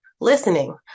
listening